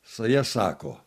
saja sako